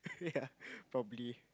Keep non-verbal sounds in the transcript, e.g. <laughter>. ya <laughs> probably